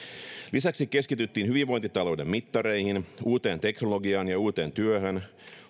lisäksi keskityttiin hyvinvointitalouden mittareihin uuteen teknologiaan ja uuteen työhön